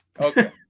Okay